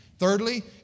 Thirdly